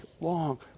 long